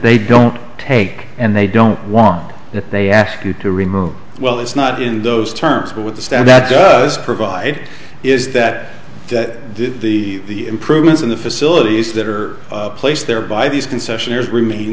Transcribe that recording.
they don't take and they don't want it they ask you to remove well it's not in those terms but with the stand that does provide is that that the improvements in the facilities that are placed there by these concessionaires remain